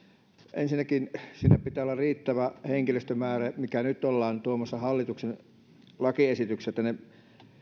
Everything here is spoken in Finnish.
ensinnäkin siinä pitää olla riittävä henkilöstömäärä mikä nyt ollaan tuomassa hallituksen lakiesityksenä tänne